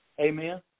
Amen